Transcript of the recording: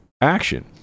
action